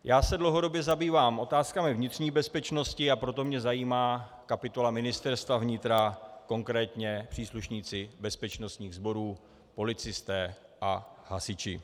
Já se dlouhodobě zabývám otázkami vnitřní bezpečnosti, a proto mě zajímá kapitola Ministerstva vnitra, konkrétně příslušníci bezpečnostních sborů, policisté a hasiči.